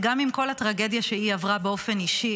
וגם עם כל הטרגדיה שהיא עברה באופן אישי,